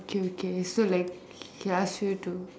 okay okay so like she ask you to